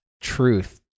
Truth